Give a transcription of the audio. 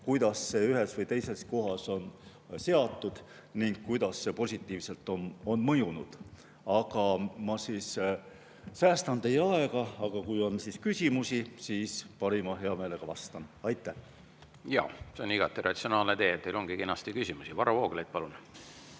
kuidas see ühes või teises kohas on seatud ning kuidas see on positiivselt mõjunud. Ma säästan teie aega, aga kui on küsimusi, siis parima heameelega vastan. Aitäh! Jaa, see on igati ratsionaalne tee, teile ongi kenasti küsimusi. Varro Vooglaid, palun!